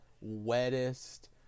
wettest